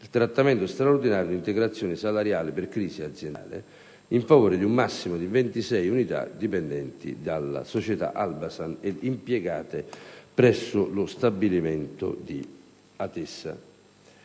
il trattamento straordinario e l'integrazione salariale per crisi aziendale in favore di un massimo di 26 unità dipendenti dalla società Albasan impiegate presso lo stabilimento di Atessa.